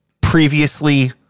previously